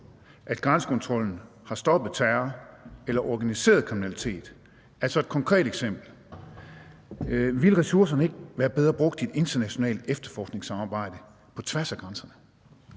at grænsekontrollen har stoppet terror eller organiseret kriminalitet – altså et konkret eksempel? Ville ressourcerne ikke være bedre brugt i et internationalt efterforskningssamarbejde på tværs af grænserne?